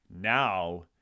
Now